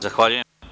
Zahvaljujem.